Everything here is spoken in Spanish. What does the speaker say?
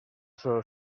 solo